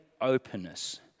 openness